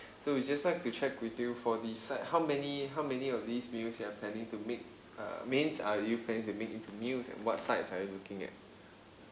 so we'd just like to check with you for the side how many how many of these meals you are planning to make uh mains are you planning to make into meals and what sides are you looking at